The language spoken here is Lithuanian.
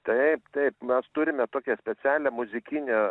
taip taip mes turime tokią specialią muzikinę